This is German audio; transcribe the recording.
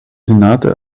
senator